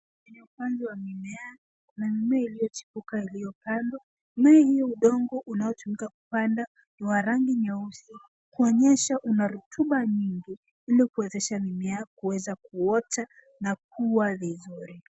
Kwenye upanzi wa mimea, kuna mmea iliyochipuka iliyopandwa. Mmea hiyo udongo unaotumika kupanda ni wa rangi nyeusi, kuonyesha una rutuba nyingi ili kuwezesha mimea kuweza kuota na kuwa vizuri.